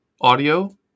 audio